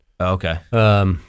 okay